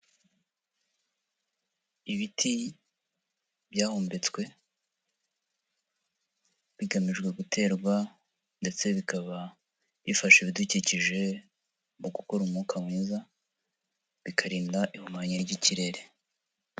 Ibiti byahumetswe bigamijwe guterwa ndetse bikaba bifasha ibidukikije mu gukora umwuka mwiza, bikarinda ihumanya ry'ikirere.